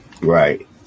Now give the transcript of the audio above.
right